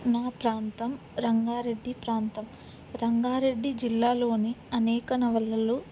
నా ప్రాంతం రంగారెడ్డి ప్రాంతం రంగారెడ్డి జిల్లాలోని అనేక నవలలు